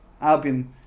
Albion